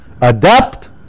adapt